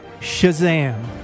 SHAZAM